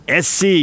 SC